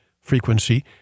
frequency